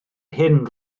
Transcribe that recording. hyn